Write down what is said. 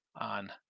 on